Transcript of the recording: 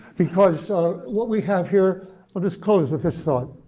because so what we have here i'll just close with this thought.